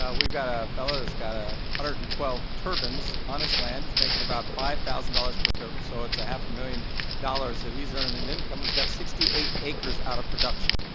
ah we've got a a fellow that's got one ah hundred and twelve turbines on his land, he's making about five thousand dollars per turbine, so it's a half a million dollars that he's earning in income and he's got sixty eight acres out of production,